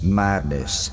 madness